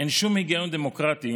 אין שום היגיון דמוקרטי